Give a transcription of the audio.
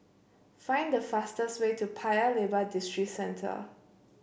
find the fastest way to Paya Lebar Districentre